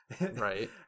right